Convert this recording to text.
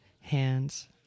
hands